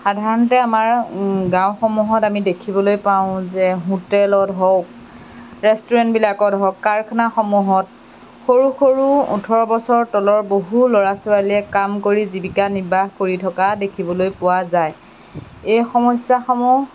সাধাৰণতে আমাৰ গাওঁসমূহত আমি দেখিবলৈ পাওঁ যে হোটেলত হওক ৰেষ্টুৰেণ্টবিলাকত হওক কাৰখানাসমূহত সৰু সৰু ওঠৰ বছৰ তলৰ বহু ল'ৰা ছোৱালীয়ে কাম কৰি জীৱিকা নিৰ্বাহ কৰি থকা দেখিবলৈ পোৱা যায় এই সমস্যাসমূহ